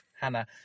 Hannah